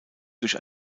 durch